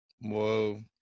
Whoa